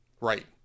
Right